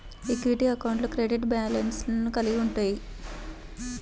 equity అకౌంట్లు credit బ్యాలెన్స్లను కలిగి ఉంటయ్యి